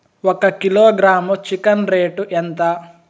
ఒక kilogram chicken rate ఎంత?